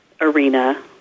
arena